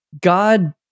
God